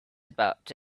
about